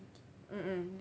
mm mm